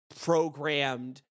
programmed